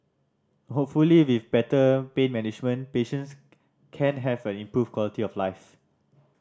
hopefully with better pain management patients can have an improved quality of life